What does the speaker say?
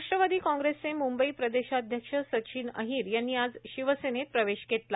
राष्ट्रवादी कॉंग्रेसचे मुंबई प्रदेशाध्यक्ष सचिन अहिर यांनी आज शिवसेनेत प्रवेश केला